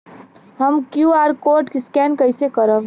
हम QR code scan कइसे करब?